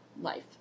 life